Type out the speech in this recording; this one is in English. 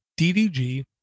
DDG